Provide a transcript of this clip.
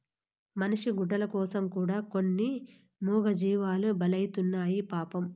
మనిషి గుడ్డల కోసం కూడా కొన్ని మూగజీవాలు బలైతున్నాయి పాపం